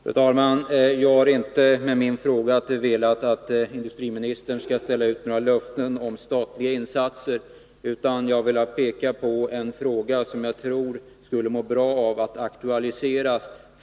Fru talman! Jag har inte med min fråga velat få industriministern att ställa ut några löften om statliga insatser. Jag har velat peka på en fråga som jag tror skulle må bra av att aktualiseras.